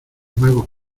magos